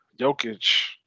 Jokic